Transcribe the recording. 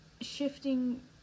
shifting